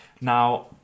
now